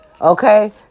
Okay